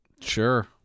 Sure